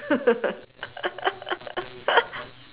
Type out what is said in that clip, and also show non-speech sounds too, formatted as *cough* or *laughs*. *laughs*